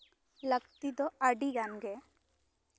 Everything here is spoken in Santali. ᱞᱟ ᱠᱛᱤ ᱫᱚ ᱟ ᱰᱤᱜᱟᱱ ᱜᱮ